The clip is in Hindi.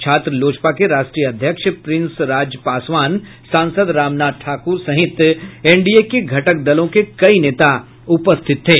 छात्र लोजपा के राष्ट्रीय अध्यक्ष प्रिंस राज पासवान सांसद रामनाथ ठाकुर सहित एनडीए के घटक दलों के कई नेता उपरिथित थे